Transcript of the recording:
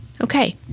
Okay